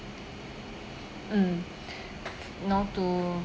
mm you know to